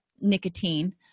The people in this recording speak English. nicotine